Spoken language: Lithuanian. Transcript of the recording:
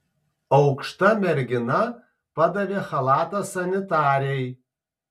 aukšta mergina padavė chalatą sanitarei